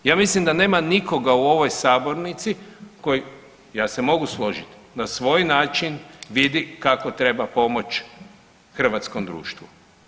Ja mislim da nema nikoga u ovoj sabornici, ja se mogu složiti na svoj način vidi kako treba pomoći hrvatskom društvu.